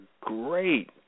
great